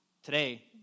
Today